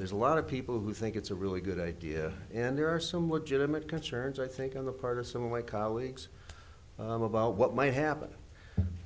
there's a lot of people who think it's a really good idea and there are some what jim it concerns i think on the part of some of my colleagues about what might happen